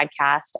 podcast